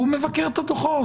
הוא מבקר את הדוחות.